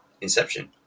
Inception